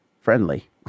friendly